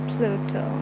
Pluto